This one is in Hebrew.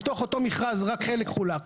מתוך אותו מכרז רק חלק חולק,